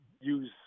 use